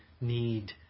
need